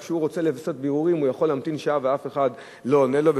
אבל כשהוא רוצה לעשות בירורים הוא יכול להמתין שעה ואף אחד לא עונה לו.